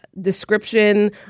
description